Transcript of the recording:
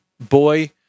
boy